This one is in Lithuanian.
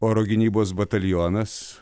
oro gynybos batalionas